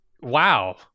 wow